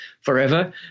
forever